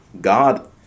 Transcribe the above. God